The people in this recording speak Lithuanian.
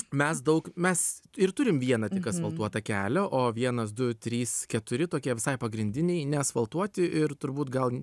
mes daug mes ir turim vieną tik asfaltuotą kelią o vienas du trys keturi tokie visai pagrindiniai neasfaltuoti ir turbūt gal